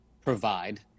provide